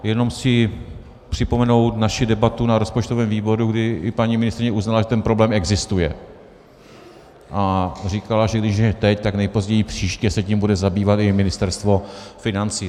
Jenom chci připomenout naši debatu na rozpočtovém výboru, kdy i paní ministryně uznala, že ten problém existuje, a říkala, že když ne teď, tak nejpozději příště se tím bude zabývat i Ministerstvo financí.